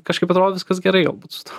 kažkaip atrodo viskas gerai galbūt su tuo